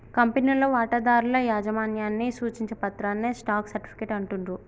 కంపెనీలో వాటాదారుల యాజమాన్యాన్ని సూచించే పత్రాన్నే స్టాక్ సర్టిఫికేట్ అంటుండ్రు